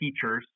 teachers